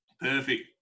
Perfect